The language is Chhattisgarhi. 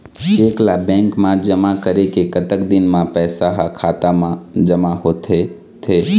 चेक ला बैंक मा जमा करे के कतक दिन मा पैसा हा खाता मा जमा होथे थे?